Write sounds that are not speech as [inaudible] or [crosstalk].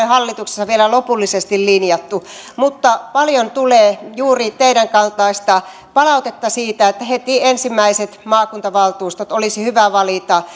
[unintelligible] hallituksessa vielä lopullisesti linjanneet mutta paljon tulee juuri teidän esittämänne kaltaista palautetta siitä että heti ensimmäiset maakuntavaltuustot olisi hyvä valita [unintelligible]